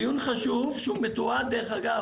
דיון חשוב שהוא מתועד דרך אגב,